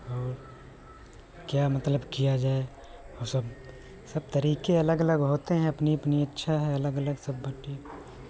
और क्या मतलब किया जाए और सब सब तरीके अलग अलग सब होते हैं अपनी अपनी इच्छा है अलग अलग सब बँटे